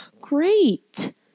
Great